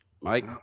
Mike